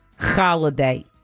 holiday